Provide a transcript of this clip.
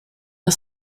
the